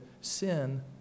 sin